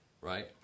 Right